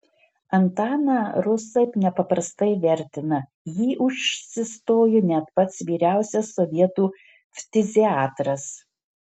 antaną rusai nepaprastai vertina jį užsistojo net pats vyriausiasis sovietų ftiziatras